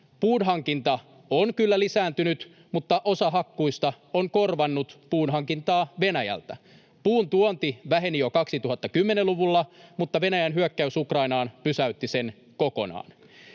Puunhankinta on kyllä lisääntynyt, mutta osa hakkuista on korvannut puun hankintaa Venäjältä. Puun tuonti väheni jo 2010-luvulla, mutta Venäjän hyökkäys Ukrainaan pysäytti sen kokonaan.